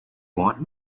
want